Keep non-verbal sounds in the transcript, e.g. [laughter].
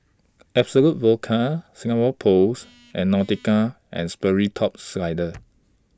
Absolut Vodka Singapore Post [noise] and Nautica and Sperry Top Sider